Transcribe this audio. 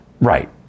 right